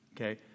okay